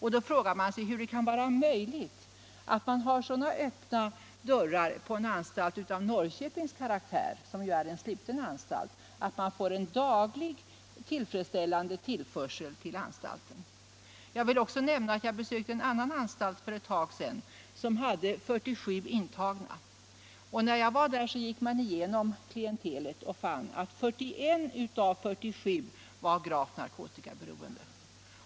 Hur kan det vara möjligt att man har så öppna dörrar på en anstalt som den i Norrköping — det är ju en sluten anstalt — att de missbrukare som finns där dagligen får en tillfredsställande mängd narkotika? Jag besökte en annan anstalt för ett tag sedan. Den hade 47 intagna. När jag var där gick man igenom klientelet och fann att 41 av dessa var gravt narkotikaberoende.